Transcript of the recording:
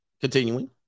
Continuing